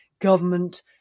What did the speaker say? government